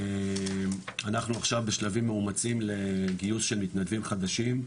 אנחנו עכשיו בשלבים מאומצים לגיוס של מתנדבים חדשים.